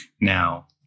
Now